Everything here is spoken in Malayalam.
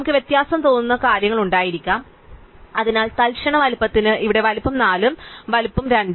നമുക്ക് വ്യത്യാസം തോന്നുന്ന കാര്യങ്ങൾ ഉണ്ടായിരിക്കാം അതിനാൽ തൽക്ഷണ വലുപ്പത്തിന് ഇവിടെ വലുപ്പം 4 ഉം വലുപ്പവും 2